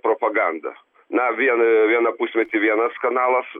propagandą na vien vieną pusmetį vienas kanalas